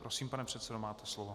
Prosím, pane předsedo, máte slovo.